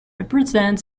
represent